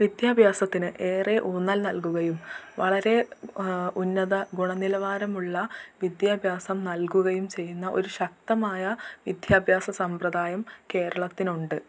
വിദ്യാഭ്യാസത്തിന് ഏറെ ഊന്നൽ നൽകുകയും വളരെ ഉന്നത ഗുണനിലവാരം ഉള്ള നൽകുകയും ചെയ്യുന്ന ഒരു ശക്തമായ വിദ്യാഭ്യാസ സമ്പ്രദായം കേരളത്തിനുണ്ട്